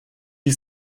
die